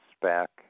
spec